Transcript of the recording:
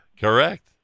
Correct